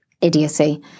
idiocy